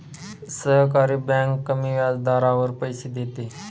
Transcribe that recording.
सहकारी बँक कमी व्याजदरावर पैसे देते